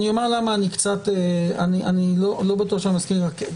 אני אומר למה אני לא בטוח שאני מסכים איתך.